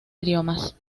idiomas